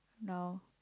now